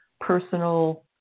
personal